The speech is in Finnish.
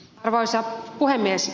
arvoisa puhemies